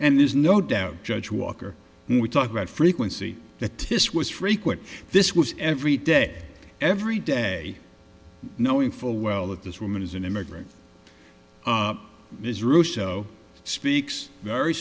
and there's no doubt judge walker when we talk about frequency that this was frequent this was every day every day knowing full well that this woman is an immigrant ms russo speaks very